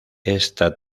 esta